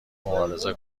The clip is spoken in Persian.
مبارزه